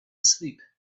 asleep